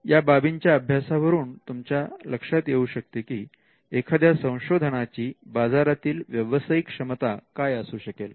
या बाबींच्या अभ्यासावरून तुमच्या लक्षात येऊ शकते की एखाद्या संशोधना ची बाजारातील व्यावसायिक क्षमता काय असू शकेल